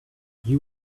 you